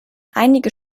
einige